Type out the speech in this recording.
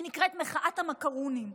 היא נקראת "מחאת המקרונים",